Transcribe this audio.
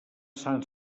sant